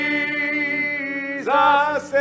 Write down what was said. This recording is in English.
Jesus